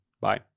Bye